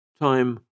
Time